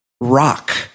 rock